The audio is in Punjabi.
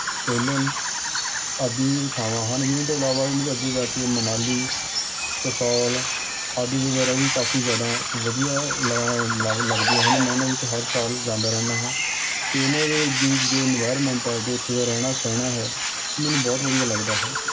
ਸੋਲਨ ਆਦਿ ਇਹ ਥਾਵਾਂ ਹਨ ਜਿਨ੍ਹਾਂ ਤੋਂ ਇਲਾਵਾ ਇਹਨਾਂ ਤੋਂ ਅੱਗੇ ਜਾ ਕੇ ਮਨਾਲੀ ਕਸੌਲ ਆਦਿ ਵਗੈਰਾ ਵੀ ਕਾਫੀ ਜ਼ਿਆਦਾ ਵਧੀਆ ਲਾ ਲੱਗਦੀਆਂ ਹਨ ਮੈਂ ਇਹਨਾਂ ਵਿੱਚ ਹਰ ਸਾਲ ਜਾਂਦਾ ਰਹਿੰਦਾ ਹਾਂ ਤੇ ਇਹਨਾਂ ਦੇ ਵਿੱਚ ਜੋ ਇਨਵਾਇਰਮੈਂਟ ਹੈ ਜੋ ਉੱਥੇ ਦਾ ਰਹਿਣਾ ਸਹਿਣਾ ਹੈ ਓਹ ਮੈਨੂੰ ਬਹੁਤ ਵਧੀਆ ਲੱਗਦਾ ਹੈ